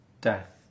death